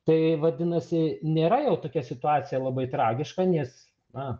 tai vadinasi nėra jau tokia situacija labai tragiška nes na